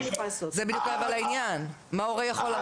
זה בדיוק אבל העניין, מה הורה יכול לעשות?